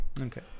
okay